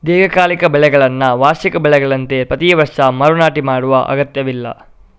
ದೀರ್ಘಕಾಲಿಕ ಬೆಳೆಗಳನ್ನ ವಾರ್ಷಿಕ ಬೆಳೆಗಳಂತೆ ಪ್ರತಿ ವರ್ಷ ಮರು ನಾಟಿ ಮಾಡುವ ಅಗತ್ಯವಿಲ್ಲ